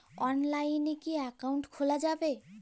অনলাইনে কি অ্যাকাউন্ট খোলা যাবে?